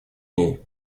ней